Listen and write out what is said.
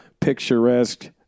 picturesque